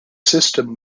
system